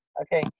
Okay